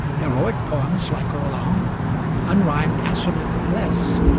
heroic poems like roland, unrhymed assonant laisses,